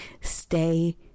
stay